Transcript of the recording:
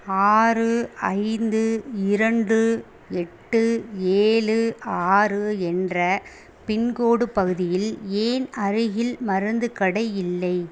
ஆறு ஐந்து இரண்டு எட்டு ஏழு ஆறு என்ற பின்கோடு பகுதியில் ஏன் அருகில் மருந்துக் கடை இல்லை